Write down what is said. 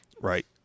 Right